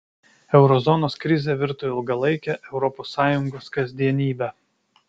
euro zonos krizė virto ilgalaike europos sąjungos kasdienybe